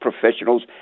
professionals